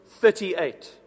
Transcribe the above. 38